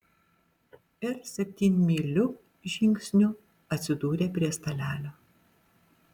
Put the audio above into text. ir septynmyliu žingsniu atsidūrė prie stalelio